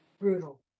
Brutal